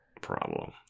problem